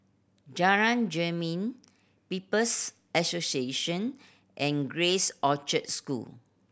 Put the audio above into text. Jalan Jermin People's Association and Grace Orchard School